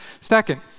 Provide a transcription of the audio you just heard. Second